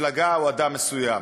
מפלגה או אדם מסוים,